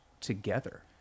together